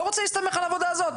אני לא רוצה להסתמך על העבודה הזאת.